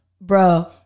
bro